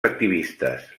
activistes